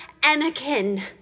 Anakin